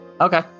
Okay